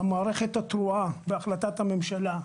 מערכת תרועה, בהחלטת ממשלה,